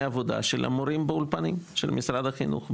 העבודה של המורים באולפנים של משרד החינוך.